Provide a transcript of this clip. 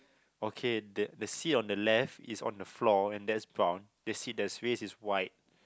okay the the sea on the left is on the floor and that's brown the sea the space is white